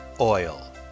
oil